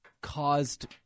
Caused